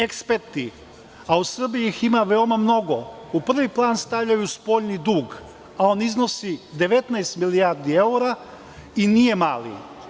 Eksperti, a u Srbiji ih ima veoma mnogo, u prvi plan stavljaju spoljni dug, a on iznosi 19 milijardi evra i nije mali.